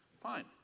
Fine